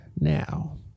now